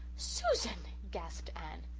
susan, gasped anne.